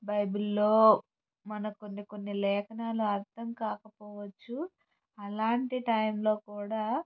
బైబిల్లో మన కొన్ని కొన్ని లేఖనాలు అర్ధం కాకపోవచ్చు అలాంటి టైంలో కూడా